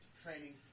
Training